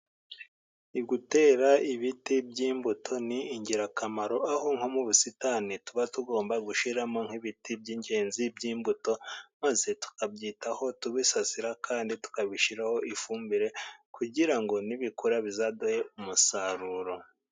Gutera ibiti by'imbuto ni ingirakamaro， aho nko mu busitani tuba tugomba gushyiramo nk'ibiti by'ingenzi by'imbuto， maze tukabyitaho tubisasira，kandi tukabishyiraho ifumbire， kugira ngo nibikura bizaduhe umusaruro.